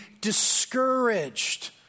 discouraged